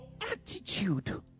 attitude